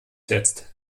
jetzt